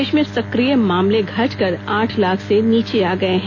देश में सक्रिय मामले घटकर आठ लाख से नीचे आ गए हैं